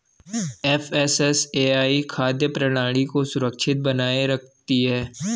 FSSAI खाद्य प्रणाली को सुरक्षित बनाए रखती है